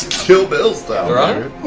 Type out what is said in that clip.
kill bill-style, right? matt